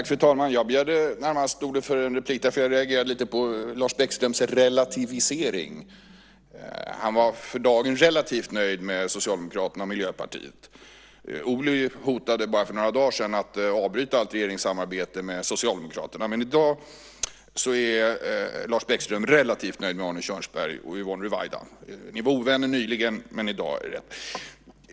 Fru talman! Jag reagerade på Lars Bäckströms relativisering. Han var för dagen relativt nöjd med Socialdemokraterna och Miljöpartiet. Ohly hotade bara för några dagar sedan att avbryta allt regeringssamarbete med Socialdemokraterna, men i dag är Lars Bäckström relativt nöjd med Arne Kjörnsberg och Yvonne Ruwaida. Ni var ovänner nyligen, men i dag är ni vänner.